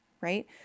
right